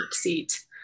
seat